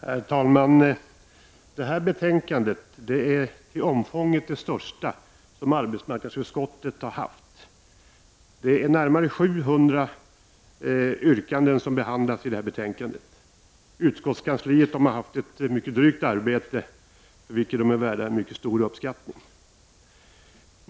Herr talman! Det här betänkandet är det till omfånget största som arbetsmarknadsutskottet gjort. Det är närmare 700 yrkanden som behandlas i det. Utskottskansliet har haft ett mycket drygt arbete, för vilket personalen är värd en mycket stor uppskattning.